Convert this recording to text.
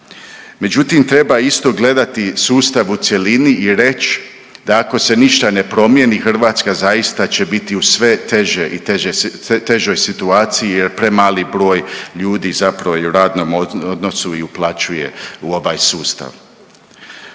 Međutim, treba isto gledati sustav u cjelini i reć da ako se ništa ne promijeni Hrvatska zaista će biti u sve teže i teže sve težoj situaciji jer premali broj ljudi zapravo je u radnom odnosu i uplaćuje u ovaj sustav.